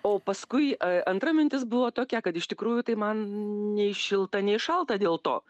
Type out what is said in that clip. o paskui antra mintis buvo tokia kad iš tikrųjų tai man nei šilta nei šalta dėl to